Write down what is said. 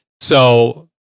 So-